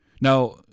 Now